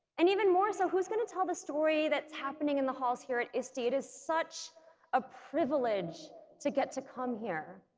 and even moreso, who's going to tell the story that's happening in the halls here at iste, it is such a privilege to get to come here.